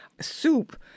soup